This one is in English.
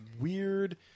weird